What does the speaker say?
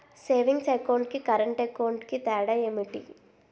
Savings account కి current account కి తేడా ఏమిటి?